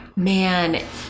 Man